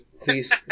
please